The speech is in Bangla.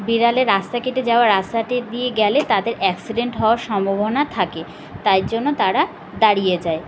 বেড়ালে রাস্তা কেটে যাওয়া রাস্তাটি দিয়ে গেলে তাদের অ্যাক্সিডেন্ট হওয়ার সম্ভাবনা থাকে তাই জন্য তারা দাঁড়িয়ে যায়